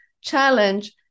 challenge